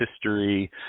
history